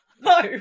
No